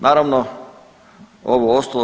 Naravno, ovo ostalo